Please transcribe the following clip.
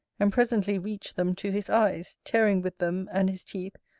and presently reached them to his eyes, tearing with them, and his teeth,